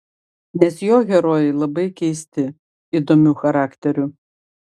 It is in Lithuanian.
nes jo herojai labai keisti įdomių charakterių